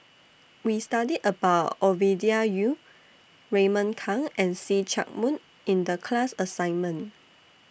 We studied about Ovidia Yu Raymond Kang and See Chak Mun in The class assignment